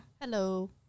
Hello